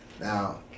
now